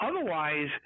otherwise